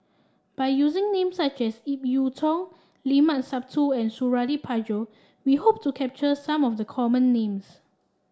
by using names such as Ip Yiu Tung Limat Sabtu and Suradi Parjo we hope to capture some of the common names